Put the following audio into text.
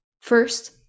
First